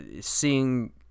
seeing